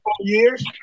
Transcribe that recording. years